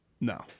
No